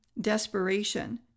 desperation